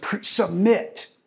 submit